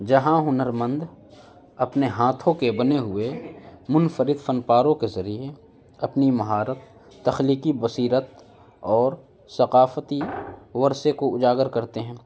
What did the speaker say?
جہاں ہنر مند اپنے ہاتھوں کے بنے ہوئے منفرد فنپاروں کے ذریعے اپنی مہارت تخلیقی بصیرت اور ثقافتی ورثے کو اجاگر کرتے ہیں